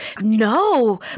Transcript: No